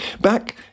Back